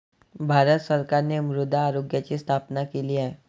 भारत सरकारने मृदा आरोग्याची स्थापना केली आहे